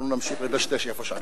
אנחנו נמשיך לדשדש איפה שאנחנו.